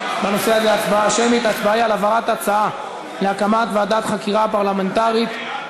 על כל שקל מעבר ל-600 שקלים אתן תשלמו 60 אגורות שינוכו